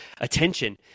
Attention